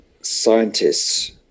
scientists